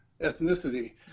ethnicity